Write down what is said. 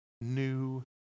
new